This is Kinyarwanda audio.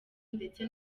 ndetse